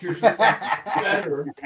better